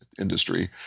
industry